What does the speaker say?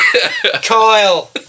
Kyle